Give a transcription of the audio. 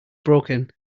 broken